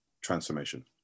transformation